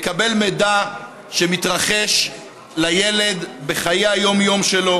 לקבל מידע על שמתרחש אצל הילד בחיי היום-יום שלו